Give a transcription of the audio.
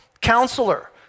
Counselor